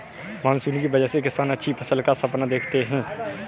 monsoon की वजह से किसान अच्छी फसल का सपना देखते हैं